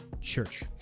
Church